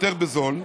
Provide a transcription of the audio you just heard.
יותר בזול,